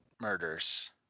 murders